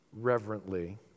reverently